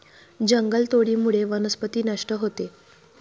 जंगलतोडीमुळे वनस्पती नष्ट होते